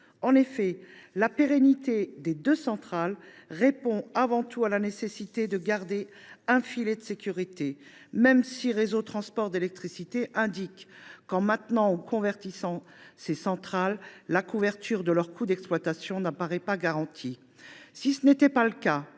d’énergie. La pérennité de ces deux centrales répond avant tout à la nécessité de garder un filet de sécurité, même si, selon Réseau de transport d’électricité, en maintenant ou en convertissant ces centrales, « la couverture de leurs coûts d’exploitation [ne paraît] pas garantie ». Si ce n’était pas le cas,